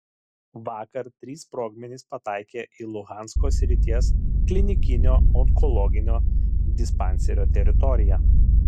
vakar trys sprogmenys pataikė į luhansko srities klinikinio onkologinio dispanserio teritoriją